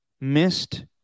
missed